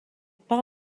par